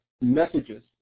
messages